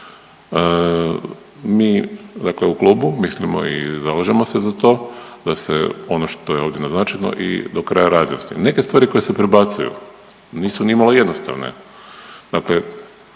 Mi dakle u klubu mislimo i zalažemo se za to da se ono što je ovdje naznačeno i do kraja razjasni. Neke stvari koje se predbacuju nisu ni malo jednostavne. Dakle,